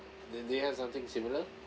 then do you have something similar